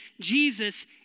Jesus